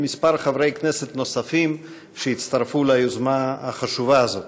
וכמה חברי כנסת נוספים שהצטרפו ליוזמה החשובה הזאת.